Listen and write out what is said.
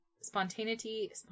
Spontaneity